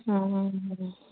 অঁ অঁ